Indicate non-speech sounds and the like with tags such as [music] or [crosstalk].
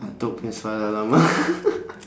atuk punya seluar dalam [laughs]